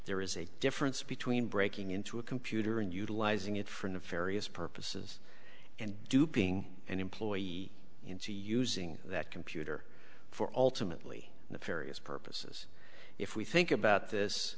there is a difference between breaking into a computer and utilizing it from the various purposes and duping and employees into using that computer for ultimately nefarious purposes if we think about this